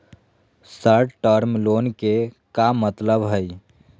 Short term loan के का मतलब हई?